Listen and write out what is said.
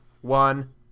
one